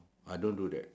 I don't do that